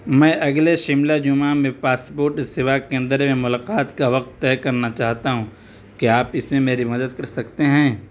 میں اگلے شملہ جمعہ میں پاسپورٹ سیوا کیندر میں ملاقات کا وقت طے کرنا چاہتا ہوں کیا آپ اس میں میری مدد کر سکتے ہیں